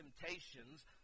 temptations